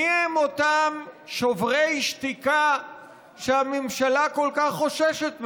מיהם אותם שוברי שתיקה שהממשלה כל כך חוששת מהם?